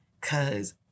cause